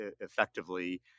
effectively